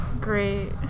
Great